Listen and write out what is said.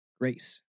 grace